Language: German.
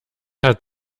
hat